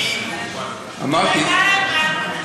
אם הייתה להם בעלות,